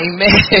Amen